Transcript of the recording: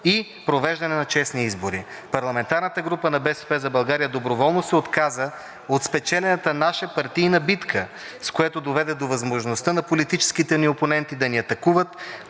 и провеждане на честни избори. Парламентарната група на „БСП за България“ доброволно се отказа от спечелената наша партийна битка, с което даде възможността на политическите ни опоненти да ни атакуват